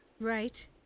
Right